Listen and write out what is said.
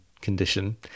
condition